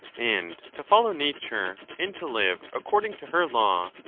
and to follow nature, and to live according to her law,